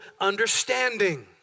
understanding